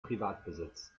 privatbesitz